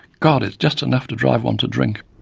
god, it's just enough to drive one to drink.